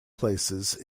places